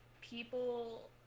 people